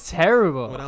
terrible